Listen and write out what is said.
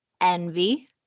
Envy